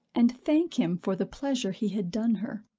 and thank him for the pleasure he had done her.